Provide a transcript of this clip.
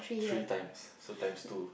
three times so times two